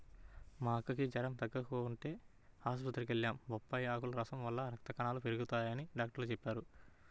మా అక్కకి జెరం తగ్గకపోతంటే ఆస్పత్రికి వెళ్లాం, బొప్పాయ్ ఆకుల రసం వల్ల రక్త కణాలు పెరగతయ్యని డాక్టరు చెప్పారు